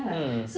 mm